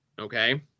okay